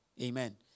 Amen